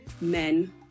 men